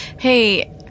Hey